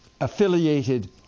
affiliated